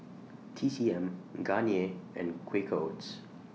T C M Garnier and Quaker Oats